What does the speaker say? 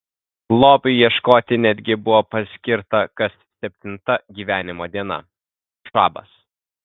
lobiui ieškoti netgi buvo paskirta kas septinta gyvenimo diena šabas